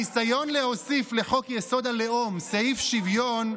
הניסיון להוסיף לחוק-יסוד הלאום סעיף שוויון,